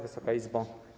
Wysoka Izbo!